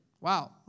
Wow